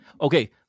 Okay